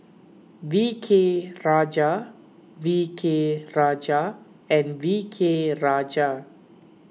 V K Rajah V K Rajah and V K Rajah